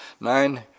nine